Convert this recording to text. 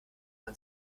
man